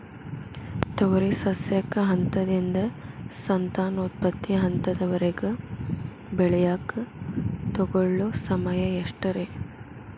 ತೊಗರಿ ಸಸ್ಯಕ ಹಂತದಿಂದ, ಸಂತಾನೋತ್ಪತ್ತಿ ಹಂತದವರೆಗ ಬೆಳೆಯಾಕ ತಗೊಳ್ಳೋ ಸಮಯ ಎಷ್ಟರೇ?